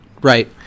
Right